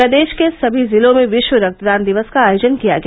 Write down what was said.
प्रदेश के सभी जिलों में विश्व रक्तदान दिवस का आयोजन किया गया